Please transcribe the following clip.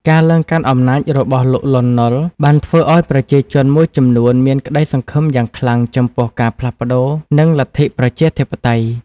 ការឡើងកាន់អំណាចរបស់លោក លន់ នល់ បានធ្វើឲ្យប្រជាជនមួយចំនួនមានក្តីសង្ឃឹមយ៉ាងខ្លាំងចំពោះការផ្លាស់ប្តូរនិងលទ្ធិប្រជាធិបតេយ្យ។